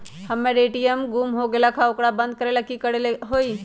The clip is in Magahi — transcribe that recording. हमर ए.टी.एम गुम हो गेलक ह ओकरा बंद करेला कि कि करेला होई है?